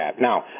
Now